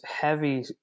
heavy